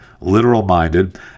literal-minded